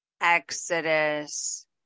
exodus